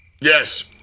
Yes